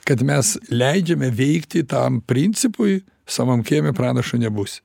kad mes leidžiame veikti tam principui savam kieme pranašu nebūsi